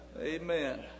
Amen